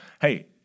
hey